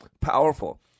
powerful